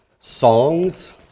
songs